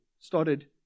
started